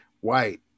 white